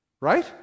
Right